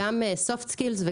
גם סופטסקינס,